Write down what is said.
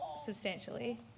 substantially